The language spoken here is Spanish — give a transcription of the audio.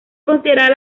considerada